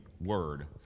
word